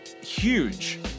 huge